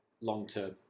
long-term